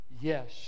yes